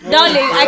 Darling